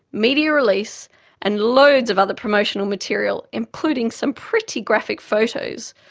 media release and loads of other promotional material, including some pretty graphic photos,